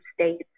states